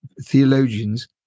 theologians